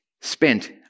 spent